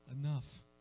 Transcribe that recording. enough